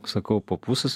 sakau po pusės